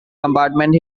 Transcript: compartment